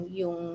yung